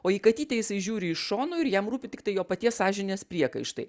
o į katytę jisai žiūri iš šono ir jam rūpi tiktai jo paties sąžinės priekaištai